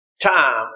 Time